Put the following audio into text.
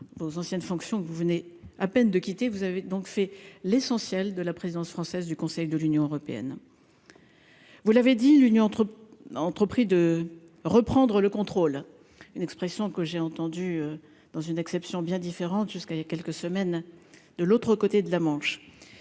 vos anciennes fonctions que vous venez à peine de quitter, vous avez donc fait l'essentiel de la présidence française du Conseil de l'Union européenne. Vous l'avez dit l'union entre entrepris de reprendre le contrôle, une expression que j'ai entendue dans une acception bien différente jusqu'à il y a quelques semaines, de l'autre côté de la Manche